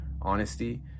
honesty